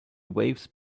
waves